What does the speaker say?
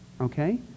okay